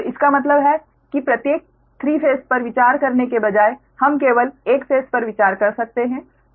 तो इसका मतलब है कि प्रत्येक 3 फेस पर विचार करने के बजाय हम केवल एक फेस पर विचार कर सकते हैं